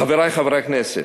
חברי חברי הכנסת,